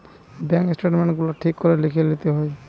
bank statement গুলা ঠিক করে লিখে লিতে হয়